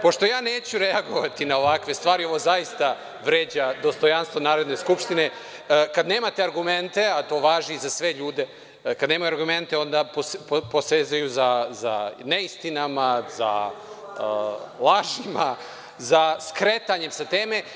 Pošto ja neću reagovati na ovakve stvari, ovo zaista vređa dostojanstvo Narodne skupštine, kad nemate argumente, a to važi za sve ljude, kad nemaju argumente, onda posezaju za neistinama, za lažima, za skretanjem sa teme.